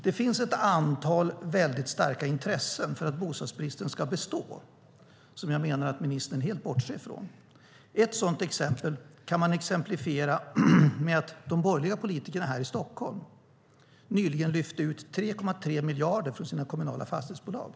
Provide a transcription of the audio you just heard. Det finns ett antal mycket starka intressen för att bostadsbristen ska bestå som jag menar att ministern helt bortser ifrån. Ett sådant exempel är att de borgerliga politikerna här i Stockholm nyligen lyfte ut 3,3 miljarder från sina kommunala fastighetsbolag.